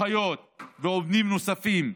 אחיות ועובדים נוספים,